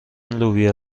لوبیا